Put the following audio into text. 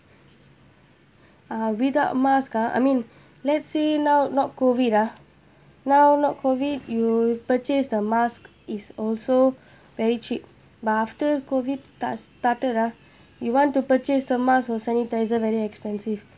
uh without a mask ah I mean let's say now not COVID ah now not COVID you purchase the mask is also very cheap but after COVID start started ah you want to purchase the mask or sanitizer very expensive